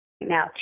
Now